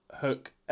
hook